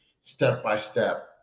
step-by-step